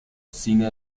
cine